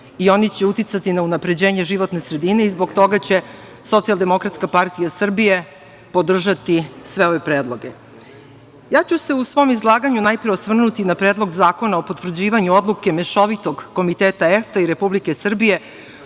i oni će uticati na unapređenje životne sredine i zbog toga će Socijaldemokratska partija Srbije podržati sve ove predloge.U svom izlaganju najpre ću se osvrnuti na Predlog zakona o potvrđivanju odluke Mešovitog komiteta EFTE i Republike Srbije